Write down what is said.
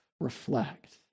reflect